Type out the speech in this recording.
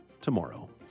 tomorrow